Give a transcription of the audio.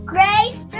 Grace